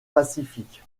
pacifique